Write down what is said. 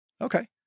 Okay